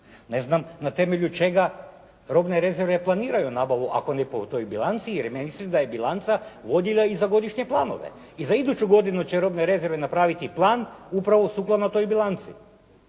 Ne znam na temelju čega robne rezerve planiraju nabavu ako nije po toj bilanci jer ja mislim da je bilanca vodilja i za godišnje planove. I za iduću godinu će robne rezerve napraviti plan upravo sukladno toj bilanci.